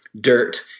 dirt